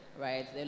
right